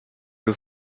the